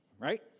right